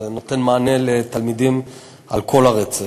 זה נותן מענה לתלמידים על כל הרצף.